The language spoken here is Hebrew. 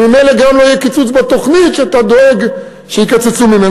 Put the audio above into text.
וממילא גם לא יהיה קיצוץ בתוכנית שאתה דואג שמא יקצצו ממנה.